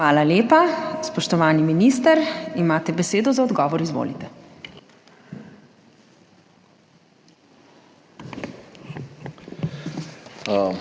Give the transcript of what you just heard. Hvala lepa. Spoštovani minister, imate besedo za odgovor. Izvolite.